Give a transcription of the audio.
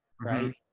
right